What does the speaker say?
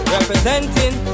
Representing